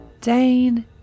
Dane